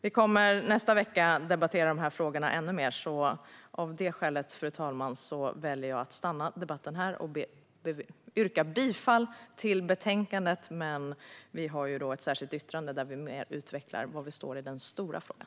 Vi kommer nästa vecka att debattera dessa frågor ännu mer, så av det skälet, fru talman, väljer jag att stanna här och yrka bifall till utskottets förslag. Vi har dock ett särskilt yttrande där vi utvecklar var vi står i den stora frågan.